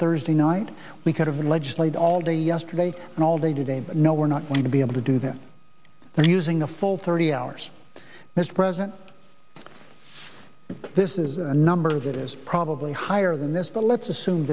thursday night we could have legislate all day yesterday and all day today but no we're not going to be able to do that they're using a full thirty hours mr president this is a number that is probably higher than this but let's assume